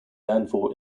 landfall